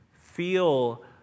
Feel